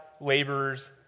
laborers